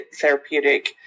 therapeutic